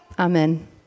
Amen